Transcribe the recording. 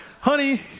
Honey